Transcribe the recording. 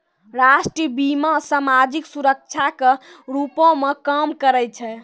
राष्ट्रीय बीमा, समाजिक सुरक्षा के रूपो मे काम करै छै